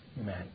amen